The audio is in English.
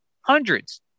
Hundreds